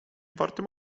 wartym